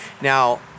Now